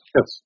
Yes